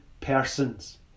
persons